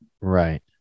Right